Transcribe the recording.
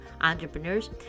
entrepreneurs